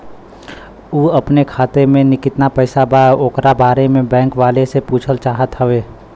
उ अपने खाते में कितना पैसा बा ओकरा बारे में बैंक वालें से पुछल चाहत हवे?